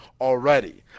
already